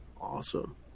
Awesome